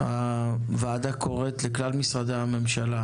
הוועדה קוראת לכלל משרדי הממשלה